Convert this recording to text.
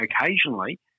Occasionally